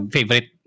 Favorite